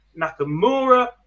Nakamura